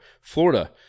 Florida